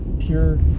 pure